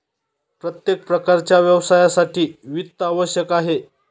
प्रत्येक प्रकारच्या व्यवसायासाठी वित्त आवश्यक आहे